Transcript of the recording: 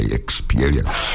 experience